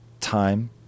time